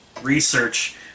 research